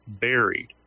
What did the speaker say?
buried